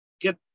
get